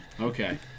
Okay